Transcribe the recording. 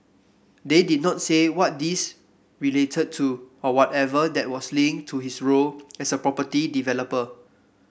they did not say what these related to or whatever that was linked to his role as a property developer